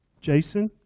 Jason